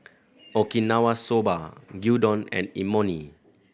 Okinawa Soba Gyudon and Imoni